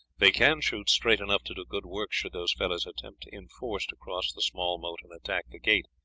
they can shoot straight enough to do good work should those fellows attempt in force to cross the small moat and attack the gate.